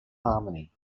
harmony